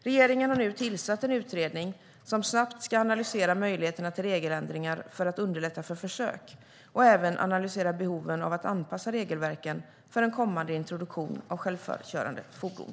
Regeringen har nu tillsatt en utredning som snabbt ska analysera möjligheterna till regeländringar för att underlätta för försök samt analysera behoven av att anpassa regelverken för en kommande introduktion av självkörande fordon.